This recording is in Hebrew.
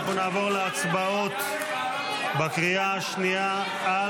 אנחנו נעבור להצבעות בקריאה שנייה על